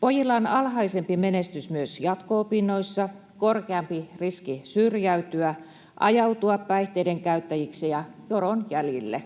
Pojilla on alhaisempi menestys myös jatko-opinnoissa, korkeampi riski syrjäytyä, ajautua päihteiden käyttäjiksi ja joron jäljille.